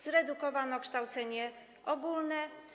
Zredukowano kształcenie ogólne.